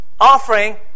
offering